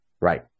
Right